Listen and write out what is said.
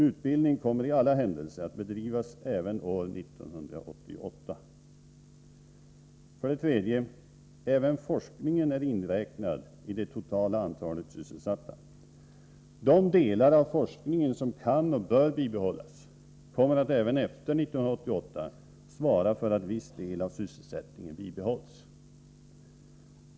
Utbildning kommer i alla händelser att bedrivas även år 1988. För det tredje: Även de som sysslar med forskning är inräknade i det totala antalet sysselsatta. De delar av forskningen som kan och bör bibehållas kommer att även efter 1988 svara för att viss del av sysselsättningen bibehålls.